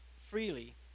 freely